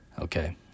okay